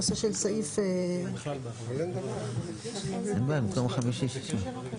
אין בעיה, במקום יום חמישי, שישי.